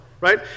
right